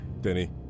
Denny